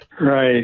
Right